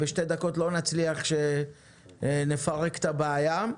בשתי דקות לא נצליח לפרט את הבעיה.